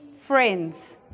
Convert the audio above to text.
friends